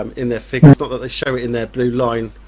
um in their figures, not that they show it in their blue line